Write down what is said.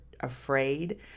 afraid